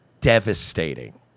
devastating